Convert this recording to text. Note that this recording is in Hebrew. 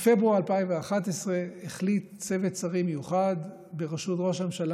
בפברואר 2011 החליט צוות שרים מיוחד בראשות ראש הממשלה